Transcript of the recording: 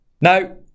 Now